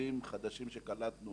לעובדים חדשים שקלטנו